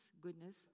goodness